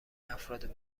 افراد